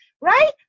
right